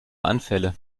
anfälle